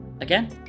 again